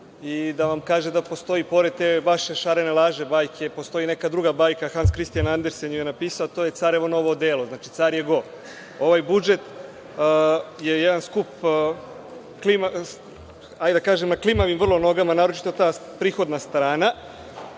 i da vam kaže da pored te vaše šarene laže, bajke, postoji neka druga bajka, Hans Kristijan Andersen ju je napisao, a to je „Carevo novo odelo“, znači, car je go. Ovaj budžet je jedan skup, na klimavim vrlo nogama, naročito ta prihodna strana